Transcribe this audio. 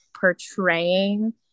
portraying